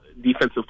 Defensive